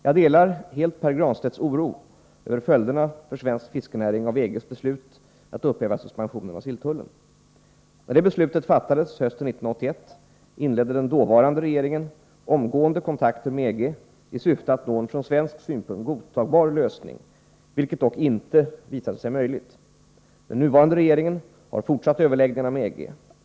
Jag delar helt Pär Granstedts oro över följderna för svensk fiskenäring av EG:s beslut att upphäva suspensionen av silltullen. När detta beslut fattades hösten 1981 inledde den dåvarande regeringen omgående kontakter med EG i syfte att nå en från svensk synpunkt godtagbar lösning, vilket dock inte visade sig möjligt. Den nuvarande regeringen har fortsatt överläggningarna med EG.